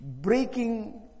breaking